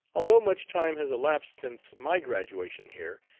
although much time has elapsed since my graduation here,